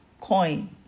coin